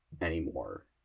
anymore